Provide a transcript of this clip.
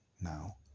Now